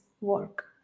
work